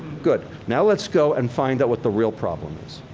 good. now let's go and find out what the real problem is.